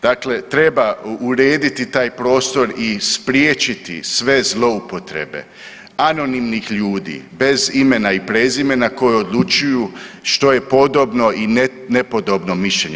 Dakle treba urediti taj prostor i spriječiti sve zloupotrebe anonimnih ljudi bez imena i prezimena koji odlučuju što je podobno i nepodobno mišljenje.